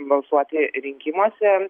balsuoti rinkimuose